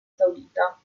saudita